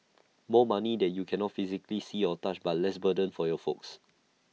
more money that you cannot physically see or touch but less burden for your folks